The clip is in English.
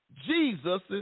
Jesus